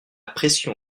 pression